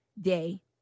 day